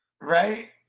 Right